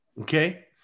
okay